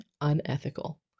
unethical